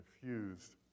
confused